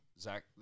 Zach